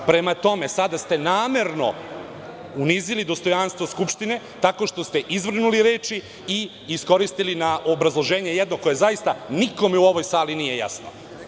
Prema tome, sada ste namerno unizili dostojanstvo Skupštine, tako što ste izvrnuli reči i iskoristili na jedno obrazloženje koje, zaista, nikome u ovoj sali nije jasno.